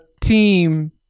team